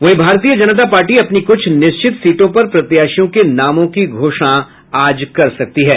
वहीं भारतीय जनता पार्टी अपनी कुछ निश्चित सीटों पर प्रत्याशियों के नामों की घोषणा आज कर सकती है